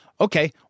Okay